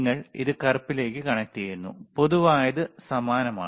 നിങ്ങൾ ഇത് കറുപ്പിലേക്ക് കണക്റ്റുചെയ്യുന്നു പൊതുവായത് സമാനമാണ്